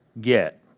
get